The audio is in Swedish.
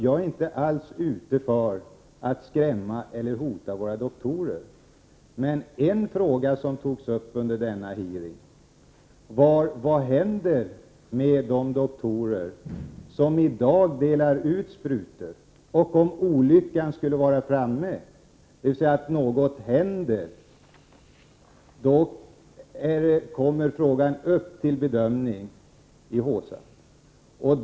Jag är inte alls ute efter att skrämma eller hota våra doktorer, Daniel Tarschys. En fråga som togs upp under denna hearing var vad som skulle hända med de doktorer som i dag delar ut sprutor. Om olyckan skulle vara framme kommer frågan upp till bedömning av HSAN.